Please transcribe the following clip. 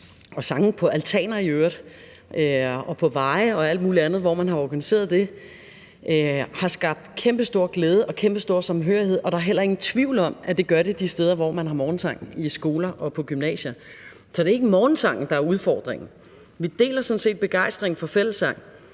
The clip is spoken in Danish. og sange på altaner i øvrigt og på veje og alt muligt andet, hvor man har organiseret det, har skabt kæmpestor glæde og kæmpestor samhørighed, og der er heller ingen tvivl om, at det gør det de steder, hvor man har morgensang i skoler og på gymnasier. Så det er ikke morgensangen, der er udfordringen. Vi deler sådan set begejstringen for fællessang.